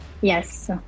Yes